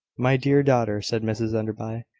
my dear daughter, said mrs enderby,